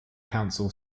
council